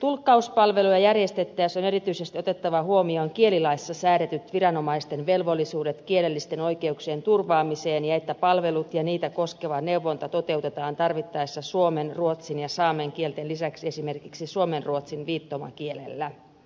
tulkkauspalveluja järjestettäessä on erityisesti otettava huomioon kielilaissa säädetyt viranomaisten velvollisuudet kielellisten oikeuksien turvaamiseen ja se että palvelut ja niitä koskeva neuvonta toteutetaan tarvittaessa suomen ruotsin ja saamen kielten lisäksi esimerkiksi suomenruotsin viittomakielellä